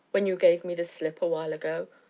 when you gave me the slip, a while ago?